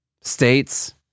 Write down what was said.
states